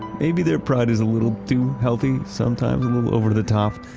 maybe their pride is a little too healthy sometimes, a little over the top,